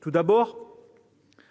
Tout d'abord,